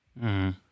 -hmm